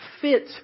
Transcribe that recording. fit